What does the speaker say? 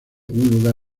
lugar